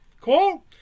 Cool